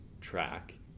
track